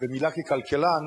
ומלה ככלכלן